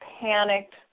panicked